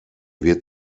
wird